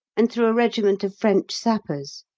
and through a regiment of french sappers.